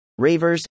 Ravers